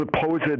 supposed